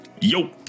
Yo